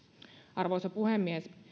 arvoisa puhemies